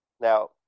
Now